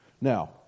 Now